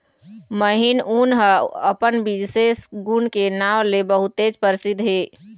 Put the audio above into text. महीन ऊन ह अपन बिसेस गुन के नांव ले बहुतेच परसिद्ध हे